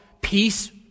Peace